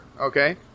Okay